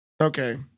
Okay